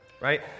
Right